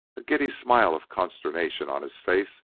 a giddy smile of consternation on his face,